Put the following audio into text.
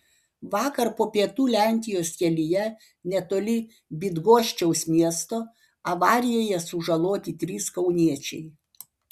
vakar po pietų lenkijos kelyje netoli bydgoščiaus miesto avarijoje sužaloti trys kauniečiai